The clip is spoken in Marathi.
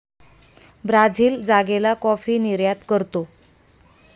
ब्राझील जागेला कॉफी निर्यात करतो